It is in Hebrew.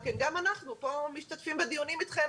גם בדיונים אתכם אנחנו משתתפים דרך ה-זום.